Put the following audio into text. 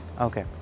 okay